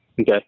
Okay